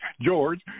George